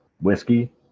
whiskey